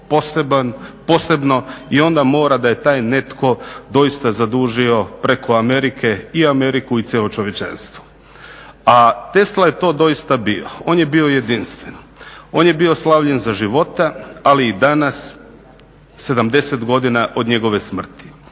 posebno i onda mora da je taj netko doista zadužio preko Amerike i Ameriku i cijelo čovječanstvo, a Tesla je to doista bio. On je bio jedinstven, on je bio slavljen za života, ali i danas 70 godina od njegove smrti.